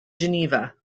geneva